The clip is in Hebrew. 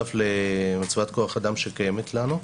בנוסף למצבת כוח האדם שקיימת לנו,